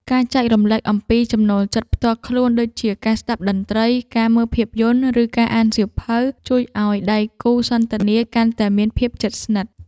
ការចែករំលែកអំពីចំណូលចិត្តផ្ទាល់ខ្លួនដូចជា ការស្ដាប់តន្ត្រី ការមើលភាពយន្ត ឬការអានសៀវភៅ ជួយឱ្យដៃគូសន្ទនាកាន់តែមានភាពជិតស្និទ្ធ។